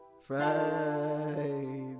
Friday